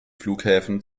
flughäfen